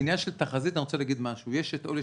אז בעניין של תחזית אני רוצה להגיד משהו: יש את אלה